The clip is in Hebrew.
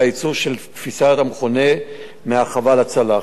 הייצור לפי תפיסה המכונה "מהחווה לצלחת".